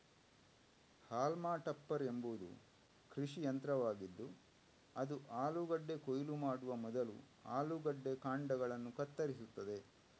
haulm topper ಎಂಬುದು ಕೃಷಿ ಯಂತ್ರವಾಗಿದ್ದು ಅದು ಆಲೂಗಡ್ಡೆ ಕೊಯ್ಲು ಮಾಡುವ ಮೊದಲು ಆಲೂಗಡ್ಡೆ ಕಾಂಡಗಳನ್ನು ಕತ್ತರಿಸುತ್ತದೆ